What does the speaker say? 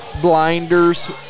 blinders